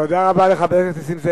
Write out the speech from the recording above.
תודה רבה לחבר הכנסת נסים זאב.